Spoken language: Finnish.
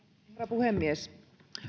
puhemies